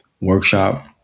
workshop